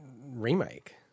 remake